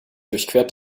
durchquert